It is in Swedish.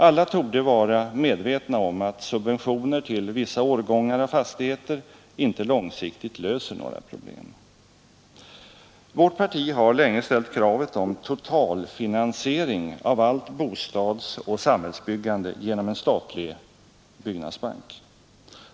Alla torde vara medvetna om att subventioner till vissa årgångar av fastigheter inte långsiktigt löser några problem. Vårt parti har länge ställt kravet om totalfinansiering av allt bostadsoch samhällsbyggande genom en statlig byggnadsbank.